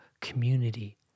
community